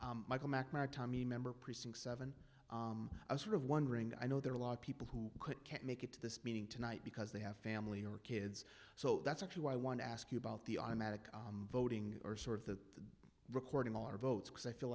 michael mcmahon tommy member precinct seven i sort of wondering i know there are a lot of people who can't make it to this meeting tonight because they have family or kids so that's actually why i want to ask you about the automatic voting or sort of the recording all our votes because i feel